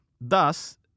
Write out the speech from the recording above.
Thus